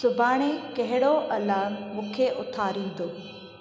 सुभाणे कहिड़ो अलार्म मूंखे उथारींदो